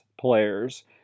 players